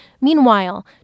Meanwhile